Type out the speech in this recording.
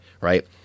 right